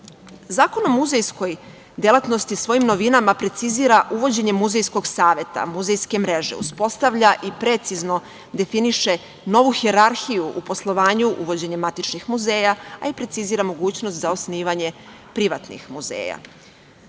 o muzejskoj delatnosti svojim novinama precizira uvođenje muzejskog saveta, muzejske mreže uspostavlja i precizno definiše novu hijerarhiju u poslovanju uvođenja matičnih muzeja, a i precizira mogućnost za osnivanje privatnih muzeja. Ipak